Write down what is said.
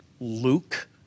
Luke